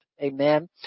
Amen